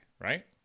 right